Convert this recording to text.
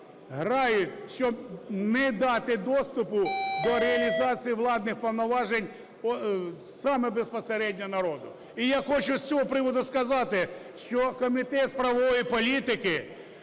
грають, щоб не дати доступу до реалізації владних повноважень саме безпосередньо народу. І я хочу з цього приводу сказати, що Комітет з правової політики